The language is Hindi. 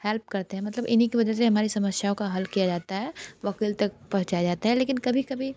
हेल्प करते हैं मतलब इन्हीं की वजेह से हमारी समस्याओं का हल किया जाता है वकील तक पहुँचाया जाता है लेकिन कभी कभी